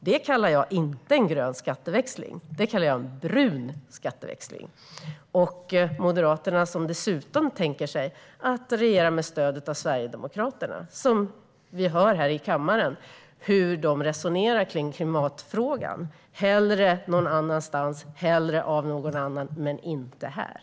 Det kallar jag inte grön skatteväxling; det kallar jag en brun skatteväxling. Moderaterna tänker sig dessutom att regera med stöd av Sverigedemokraterna, och vi har hört i kammaren hur Sverigedemokraterna resonerar i klimatfrågan: Hellre någon annanstans, hellre av någon annan, inte här.